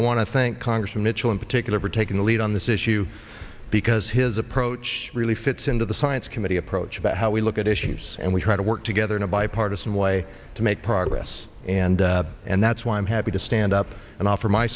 to thank congressman michel in particular for taking the lead on this issue because his approach really fits into the science committee approach about how we look at issues and we try to work together in a bipartisan way to make progress and and that's why i'm happy to stand up and offer my